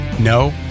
No